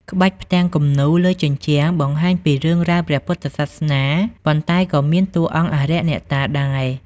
ក្បាច់ផ្ទាំងគំនូរ លើជញ្ជាំងបង្ហាញពីរឿងរ៉ាវព្រះពុទ្ធសាសនា ប៉ុន្តែក៏មានតួអង្គអារក្សអ្នកតាដែរ។